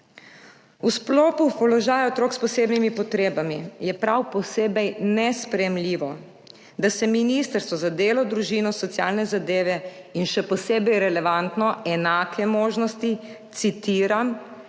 V sklopu položaja otrok s posebnimi potrebami je prav posebej nesprejemljivo, da se Ministrstvo za delo, družino, socialne zadeve in, še posebej relevantno, enake možnosti, citiram,